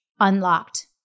unlocked